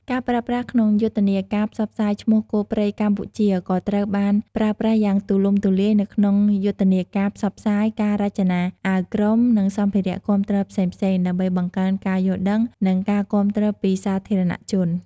ការប្រើប្រាស់ក្នុងយុទ្ធនាការផ្សព្វផ្សាយឈ្មោះ "គោព្រៃកម្ពុជា" ក៏ត្រូវបានប្រើប្រាស់យ៉ាងទូលំទូលាយនៅក្នុងយុទ្ធនាការផ្សព្វផ្សាយ ការរចនាអាវក្រុម និងសម្ភារៈគាំទ្រផ្សេងៗ ដើម្បីបង្កើនការយល់ដឹង និងការគាំទ្រពីសាធារណជន។